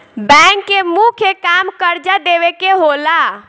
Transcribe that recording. bank के मुख्य काम कर्जा देवे के होला